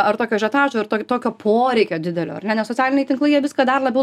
ar tokio ažiotažo ir tokio poreikio didelio ar ne nes socialiniai tinklai jie viską dar labiau